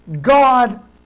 God